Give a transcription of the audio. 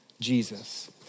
Jesus